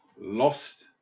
lost